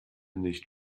nicht